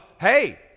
hey